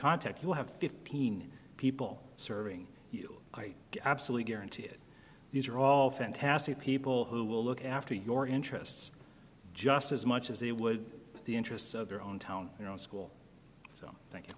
contact you have fifteen people serving you i absolutely guarantee that these are all fantastic people who will look after your interests just as much as they would the interests of your own town you know in school so thank you